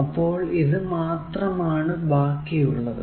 അപ്പോൾ ഇത് മാത്രമാണ് ബാക്കി ഉള്ളത്